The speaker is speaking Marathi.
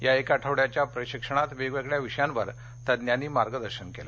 या एक आठवड्याच्या प्रशिक्षणामध्ये वेगवेगळ्या विषयावर तज्ज्ञांनी मार्गदर्शन केले